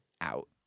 out